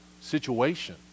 situation